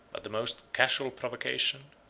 but the most casual provocation,